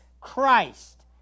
Christ